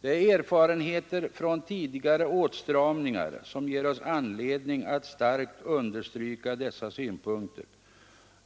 Det är erfarenheter från tidigare åtstramningar som ger oss anledning att starkt understryka dessa synpunkter.